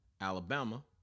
Alabama